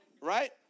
Right